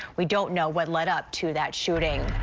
we don't know what led up to that shooting.